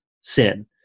sin